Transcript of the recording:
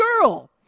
girl